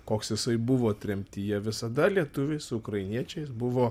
koks jisai buvo tremtyje visada lietuviai su ukrainiečiais buvo